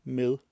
med